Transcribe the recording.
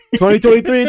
2023